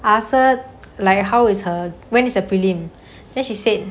I ask her like how is her when is her prelim then she said